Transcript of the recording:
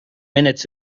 minutes